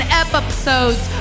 episodes